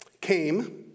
came